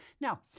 Now